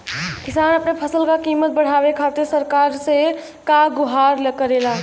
किसान अपने फसल क कीमत बढ़ावे खातिर सरकार से का गुहार करेला?